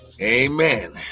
Amen